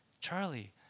Charlie